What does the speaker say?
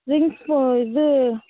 rings இது